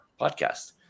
podcast